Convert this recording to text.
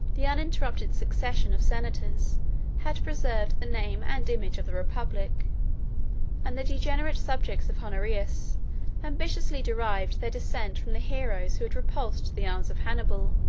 the uninterrupted succession of senators had preserved the name and image of the republic and the degenerate subjects of honorius ambitiously derived their descent from the heroes who had repulsed the arms of hannibal,